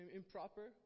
improper